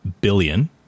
billion